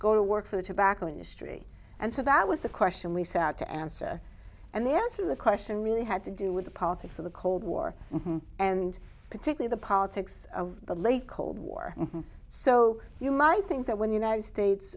go to work for the tobacco industry and so that was the question we set out to answer and the answer the question really had to do with the politics of the cold war and particular the politics of the late cold war so you might think that when united states